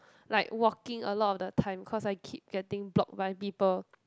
like walking a lot of the time cause I keep getting block by people